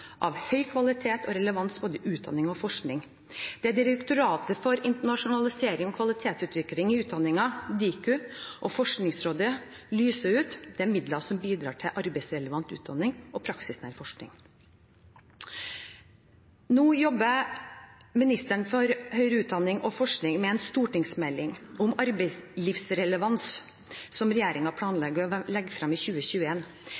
av høy kvalitet og relevans både i utdanning og forskning. Det er Direktoratet for internasjonalisering og kvalitetsutvikling i høyere utdanning, Diku, og Forskningsrådet som lyser ut midler som bidrar til arbeidsrelevante utdanninger og praksisnær forskning. Nå jobber statsråden for høyere utdanning og forskning med en stortingsmelding om arbeidslivsrelevans, som